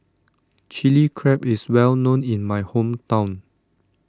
Chilli Crab is well known in my hometown